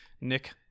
Nick